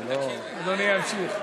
זה לא, אדוני ימשיך.